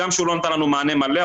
גם כשהוא לא נתן לנו מענה מלא,